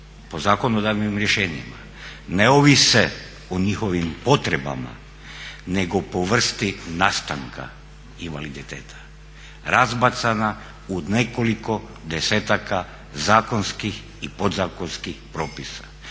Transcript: po zakonodavnim rješenjima ne ovise o njihovim potrebama nego po vrsti nastanka invaliditeta razbacana u nekoliko desetaka zakonskih i podzakonskih propisa.